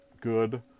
good